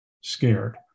scared